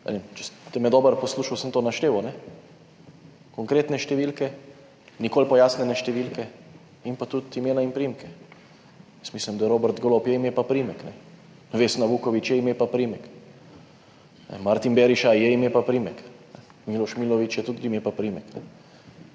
če ste me dobro poslušal sem to našteval, konkretne številke, nikoli pojasnjene številke in pa tudi imena in priimke. Jaz mislim, da Robert Golob je ime pa priimek, ne. Vesna Vuković je ime pa priimek, Martin Beriša je ime pa priimek, Miloš Milović je tudi ime pa priimek.